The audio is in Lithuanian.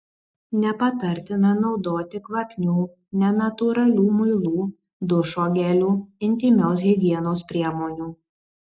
nepatartina naudoti kvapnių nenatūralių muilų dušo gelių intymios higienos priemonių